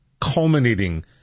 culminating